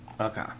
Okay